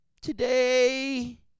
Today